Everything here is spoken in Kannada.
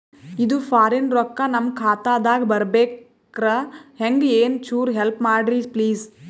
ಇದು ಫಾರಿನ ರೊಕ್ಕ ನಮ್ಮ ಖಾತಾ ದಾಗ ಬರಬೆಕ್ರ, ಹೆಂಗ ಏನು ಚುರು ಹೆಲ್ಪ ಮಾಡ್ರಿ ಪ್ಲಿಸ?